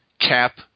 Cap